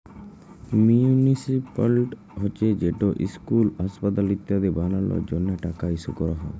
municipal board হছে যেট school, হাঁসপাতাল ইত্যাদি বালালর জ্যনহে টাকা ইস্যু ক্যরা হ্যয়